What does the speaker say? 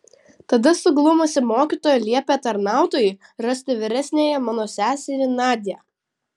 tada suglumusi mokytoja liepė tarnautojui rasti vyresniąją mano seserį nadią